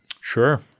Sure